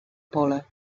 pole